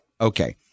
Okay